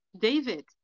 David